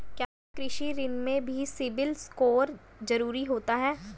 क्या कृषि ऋण में भी सिबिल स्कोर जरूरी होता है?